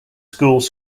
schools